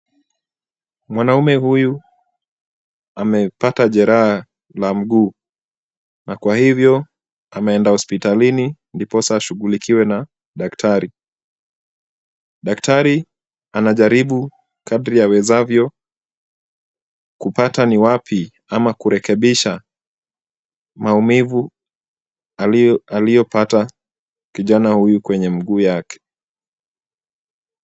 Mwanaume huyu amepata jeraha la mguu na kwa hivyo ameenda hospitalini ndiposa ashughulikiwe na daktari. Daktari anajaribu kadri awezavyo kupata ni wapi ama kurekebisha maumivu aliyopata kijana huyu kwenye mguu wake.